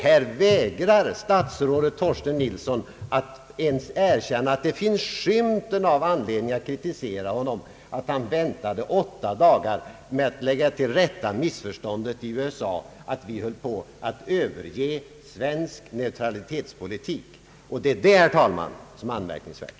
Här vägrar utrikesminister Nilsson att ens erkänna att det finns skymten av anledning att kritisera honom för att han väntade åtta dagar med att lägga till rätta missförståndet i USA, att vi höll på att överge vår neutralitetspolitik. Detta, herr talman, är det som är anmärkningsvärt.